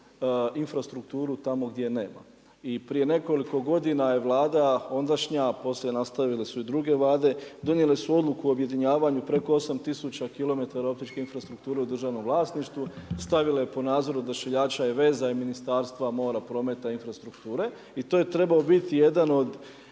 infrastrukturu tamo gdje je nema. I prije nekoliko godina je Vlada ondašnja poslije nastavile su i druge Vlade, donijele su odluku o objedinjavanju preko 8000 km optičke infrastrukture u državno vlasništvu, stavile pod nadzorom odašiljača i veza i Ministarstva mora, prometa i infrastrukture i to je trebao biti jedan od